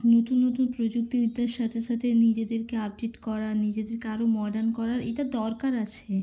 নতুন নতুন প্রযুক্তিবিদ্যার সাথে সাথে নিজেদেরকে আপডেট করা নিজেদেরকে আরো মর্ডান করার এটা দরকার আছে